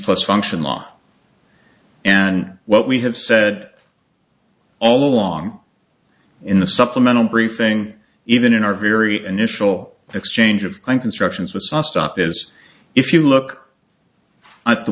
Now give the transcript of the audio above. plus function law and what we have said all along in the supplemental briefing even in our very initial exchange of instructions with a stop is if you look at the